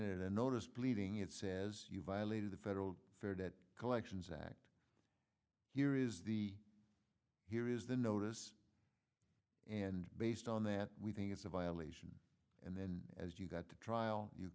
then notice pleading it says you violated the federal fair that collections act here is the here is the notice and based on that we think it's a violation and then as you got to trial you